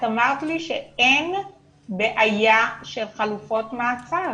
את אמרת לי שאין בעיה של חלופות מעצר.